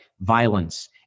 violence